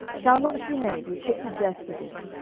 shall not shimei be put to death for this,